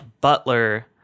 Butler –